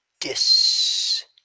Dis